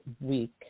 week